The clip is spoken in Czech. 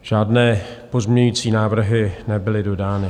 Žádné pozměňovací návrhy nebyly dodány.